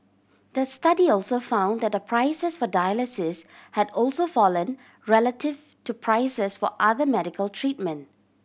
the study also found that the prices for dialysis had also fallen relative to prices for other medical treatment